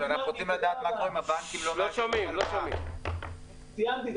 אני סיימתי.